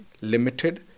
limited